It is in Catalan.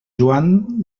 joan